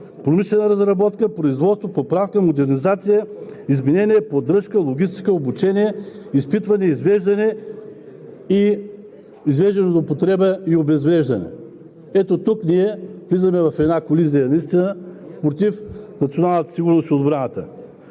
промишлена разработка, производство, поправка, модернизация, изменение, поддръжка, логистика, обучение, изпитване, извеждане от употреба и обезвреждане.“ Ето тук ние влизаме в една колизия наистина против националната сигурност и отбраната.